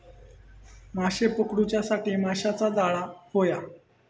माशे पकडूच्यासाठी माशाचा जाळां होया